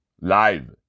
Live